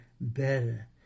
better